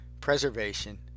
preservation